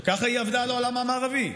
שככה היא עבדה על העולם המערבי.